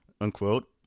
unquote